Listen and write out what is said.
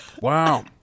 Wow